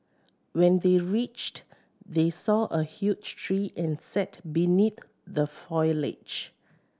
when they reached they saw a huge tree and sat beneath the foliage